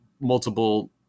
multiple